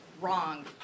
wrong